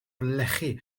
lechi